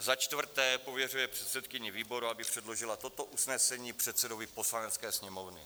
Za čtvrté pověřuje předsedkyni výboru, aby předložila toto usnesení předsedovi Poslanecké sněmovny.